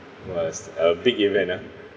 !whoa! it's a big event ah